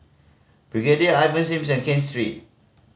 Brigadier Ivan Simson Ken Street